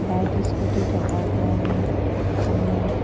bike scooty থকাৰ কাৰণে আমি